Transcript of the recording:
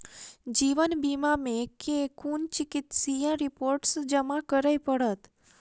जीवन बीमा मे केँ कुन चिकित्सीय रिपोर्टस जमा करै पड़त?